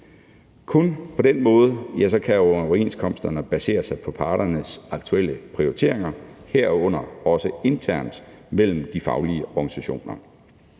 Kun på den måde kan overenskomsterne basere sig på parternes aktuelle prioriteringer, herunder også internt mellem de faglige organisationer.